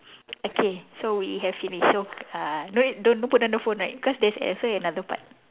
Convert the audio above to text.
okay so we have finished so uh no need don't put down the phone right cause there's also another part